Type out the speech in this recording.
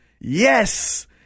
yes